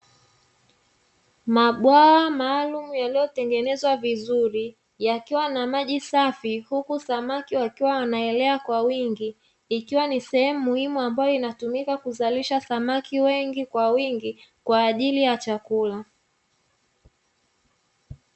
Mabwawa maalumu yaliyotengenezwa vizuri, yakiwa na maji safi huku samaki wakielea kwa wingi, ikiwa ni sehemu muhimu inayotumika kuzalisha samaki wengi kwa wingi kwa ajili ya chakula.